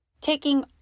Taking